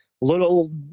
little